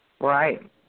Right